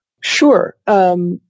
Sure